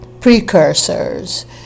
precursors